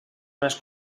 més